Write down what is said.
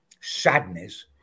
sadness